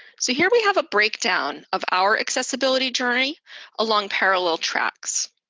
so here we have a breakdown of our accessibility journey along parallel tracks.